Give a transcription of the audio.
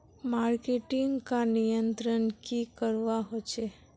Marketing का नियंत्रण की करवा होचे?